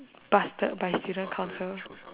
busted by student council